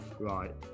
right